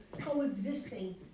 coexisting